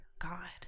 God